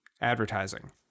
advertising